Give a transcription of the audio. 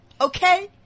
Okay